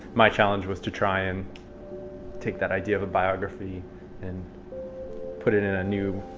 my challenge was to try and take that idea of a biography and put it in a new